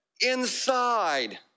inside